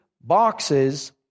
boxes